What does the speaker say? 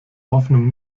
hoffnung